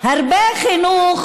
הרבה חינוך